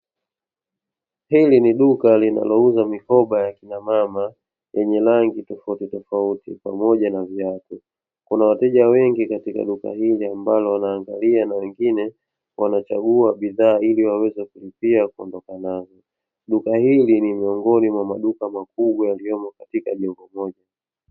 Hili ni duka linalouza mikoba ya kina mama yenye rangi tofautitofauti pamoja na viatu, kuna wateja wengi katika duka hili ambao wanaangalia na wengine wanachagua bidhaa ili waweze kulipia kuondoka nazo. Duka hili ni miongoni mwa maduka makubwa yaliyomo katika jengo moja.